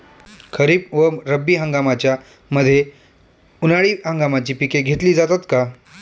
खरीप व रब्बी हंगामाच्या मध्ये उन्हाळी हंगामाची पिके घेतली जातात का?